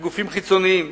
וגופים חיצוניים